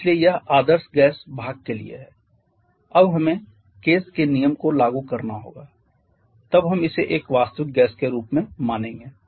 इसलिए यह आदर्श गैस भाग के लिए है अब हमें Kay's के नियम को लागू करना होगा तब हम इसे एक वास्तविक गैस के रूप में मानेंगे